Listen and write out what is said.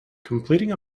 completing